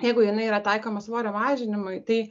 jeigu jinai yra taikoma svorio mažinimui tai